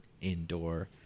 indoor